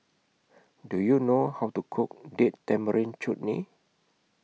Do YOU know How to Cook Date Tamarind Chutney